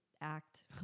act